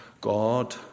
God